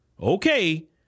Okay